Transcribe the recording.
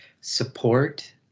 support